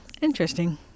Interesting